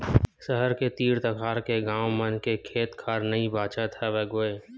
सहर के तीर तखार के गाँव मन के खेत खार मन नइ बाचत हवय गोय